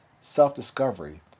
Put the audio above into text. self-discovery